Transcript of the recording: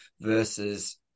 versus